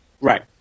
Right